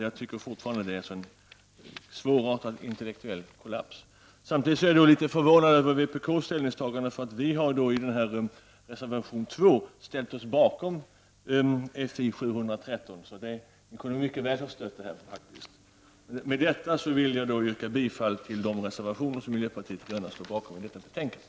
Jag tycker alltså att det är fråga om en svårartat intellektuell kollaps. Samtidigt är jag litet förvånad över vpk:s ställningstagande. Vi har nämligen i reservation 2 tillsammans ställt oss bakom motion Fi713. Med det anförda vill jag yrka bifall till de reservationer i detta betänkande som miljöpartiet de gröna står bakom.